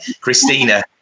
Christina